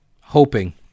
hoping